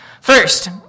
First